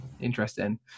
interesting